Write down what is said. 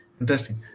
Interesting